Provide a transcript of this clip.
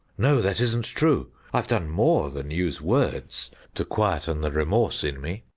no, that isn't true. i've done more than use words to quieten the remorse in me.